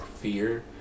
fear